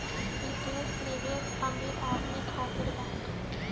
विदेश निवेश अमीर आदमी खातिर बाटे